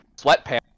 sweatpants